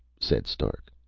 said stark.